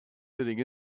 sitting